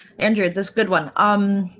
andrew this good one. um